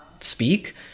speak